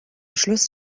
schluss